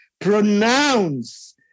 pronounce